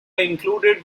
included